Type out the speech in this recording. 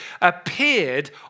appeared